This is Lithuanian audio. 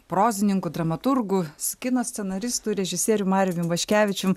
prozininku dramaturgu s kino scenaristu režisierium marium ivaškevičium